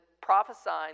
prophesying